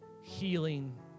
healing